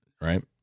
right